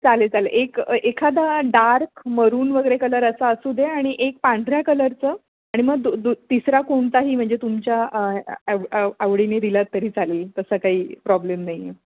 चालेल चालेल एक एखादा डार्क मरून वगैरे कलर असा असू दे आणि एक पांढऱ्या कलरचं आणि मग दो दु तिसरा कोणताही म्हणजे तुमच्या आ आवडीने दिलात तरी चालेल तसा काही प्रॉब्लेम नाही आहे